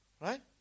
Right